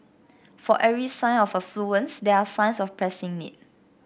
for every sign of affluence there are signs of pressing need